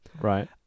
Right